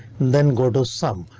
then go to some.